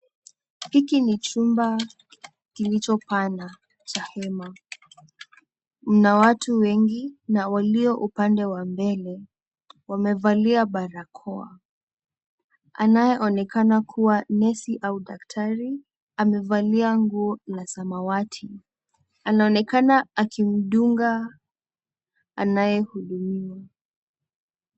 Hiki ni chumba kilichopana cha hema. Mna watu wengi na walio upande wa mbele wamevalia barakoa. Anayeonekana kuwa nesi au daktari amevalia nguo la samawati. Anaonekana akimdunga anayehudumiwa.